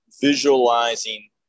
visualizing